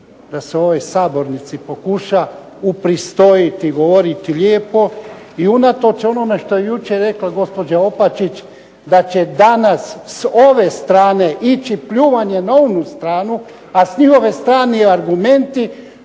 da se u ovoj Sabornici pokuša upristojiti, govoriti lijepo i unatoč onome što je jučer rekla gospođa Opačić da će danas s ove strane ići pljuvanje na onu stranu, a s njihove strane argumenti,